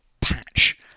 patch